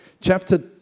Chapter